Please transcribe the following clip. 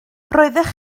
roeddech